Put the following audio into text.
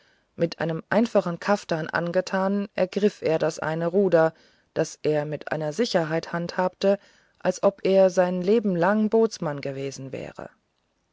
mit einem einfachen kaftan angetan ergriff er das eine ruder das er mit einer sicherheit handhabte als ob er sein lebenlang bootsmann gewesen wäre